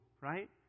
Right